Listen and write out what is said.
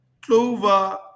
Clover